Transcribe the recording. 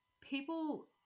People